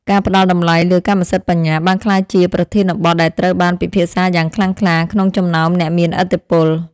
ការផ្ដល់តម្លៃលើកម្មសិទ្ធិបញ្ញាបានក្លាយជាប្រធានបទដែលត្រូវបានពិភាក្សាយ៉ាងខ្លាំងក្លាក្នុងចំណោមអ្នកមានឥទ្ធិពល។